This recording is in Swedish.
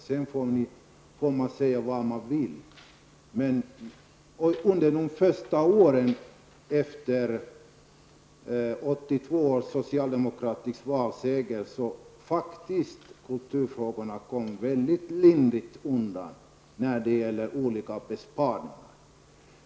Sedan får ni säga vad ni vill. Under de första åren efter den socialdemokratiska valsegern 1982 kom kulturfrågorna faktiskt väldigt lindrigt undan när det gäller besparingar.